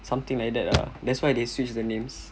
something like that lah that's why they switched the names